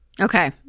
Okay